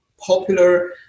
popular